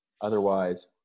Otherwise